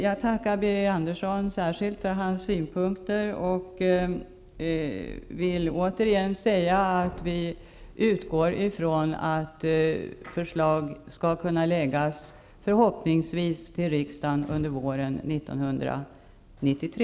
Jag tackar särskilt Birger Andersson särskilt för hans synpunkter och vill återigen säga att vi utgår från att förslag skall kunna läggas fram för riksdagen förhoppningsvis under våren 1993.